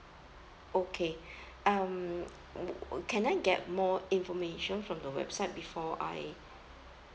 okay um can I get more information from the website before I